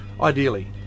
Ideally